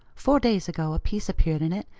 four days ago a piece appeared in it,